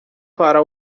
para